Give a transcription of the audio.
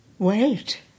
Wait